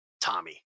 Tommy